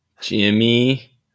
Jimmy